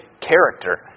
character